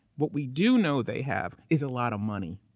what we do know they have is a lot of money.